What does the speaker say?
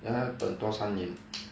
then 他要等多三年